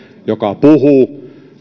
joka puhuu